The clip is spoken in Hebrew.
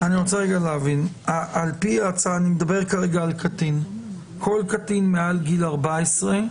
אני רוצה להבין: לפי ההצעה, כל קטין מעל גיל 14,